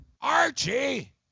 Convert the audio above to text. Archie